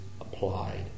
applied